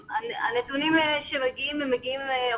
הנתונים שמגיעים הם מגיעים הפוך,